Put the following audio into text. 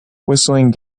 whistling